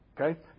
Okay